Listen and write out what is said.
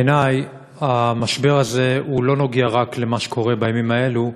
בעיני המשבר הזה לא קשור רק למה שקורה בימים אלו,